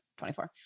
24